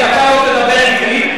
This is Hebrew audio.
אתה לא תדבר אתי,